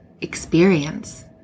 experience